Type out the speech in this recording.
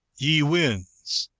ye winds,